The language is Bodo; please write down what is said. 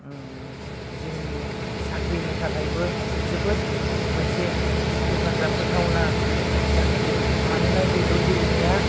जोंनि साख्रिनि थाखायबो जोबोद मोनसे हेफाजाब होथावना जाहैयो मानोना जोलुर गेलेनाया